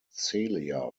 celia